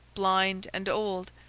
blind and old,